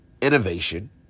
innovation